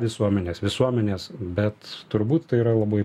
visuomenės visuomenės bet turbūt tai yra labai